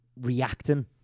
reacting